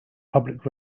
public